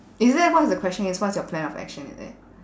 is that what's the question is what's your plan of action is it